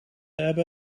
hebben